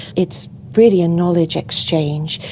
it's really a knowledge exchange.